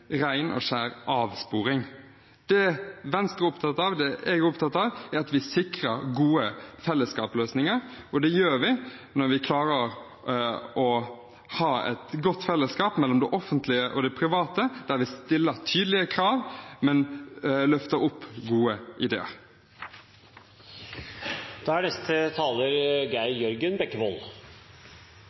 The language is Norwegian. opptatt av, det jeg er opptatt av, er at vi sikrer gode fellesskapsløsninger, og det gjør vi når vi klarer å ha et godt fellesskap mellom det offentlige og det private, der vi stiller tydelige krav, men løfter opp gode ideer. Jeg synes det er